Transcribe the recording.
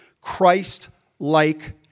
Christ-like